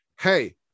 Hey